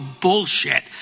bullshit